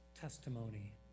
testimony